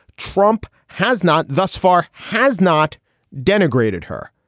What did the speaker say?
trump has not thus far has not denigrated her.